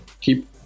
keep